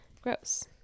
gross